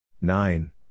Nine